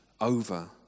over